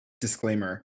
disclaimer